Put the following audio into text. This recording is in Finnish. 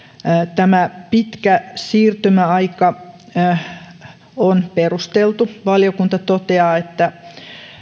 tämä pitkä siirtymäaika on perusteltu valiokunta toteaa että